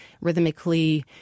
rhythmically